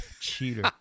cheater